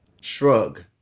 Shrug